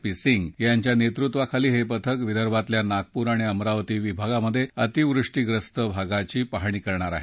P Singh यांच्या नेतृत्वाखाली हे पथक विदर्भातल्या नागपूर आणि अमरावती विभागात अतिवृष्टीप्रस्त भागाची पाहणी करणार आहे